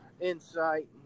insight